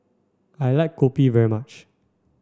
I like Kopi very much